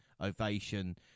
ovation